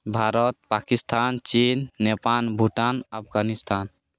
ଭାରତ ପାକିସ୍ତାନ ଚୀନ ନେପାଳ ଭୁଟାନ ଆଫଗାନିସ୍ତାନ